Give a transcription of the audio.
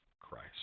Christ